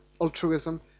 altruism